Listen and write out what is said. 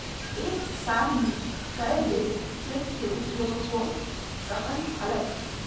एक साल में कै बेर चेक के उपयोग हो सकल हय